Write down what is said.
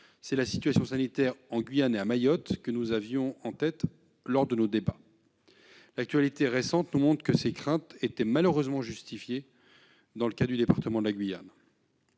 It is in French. C'est la situation sanitaire en Guyane et à Mayotte que nous avions en tête lors de nos débats. L'actualité récente nous montre que ces craintes étaient malheureusement justifiées dans le cas du département de la Guyane.